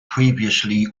previously